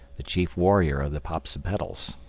the chief warrior of the popsipetels.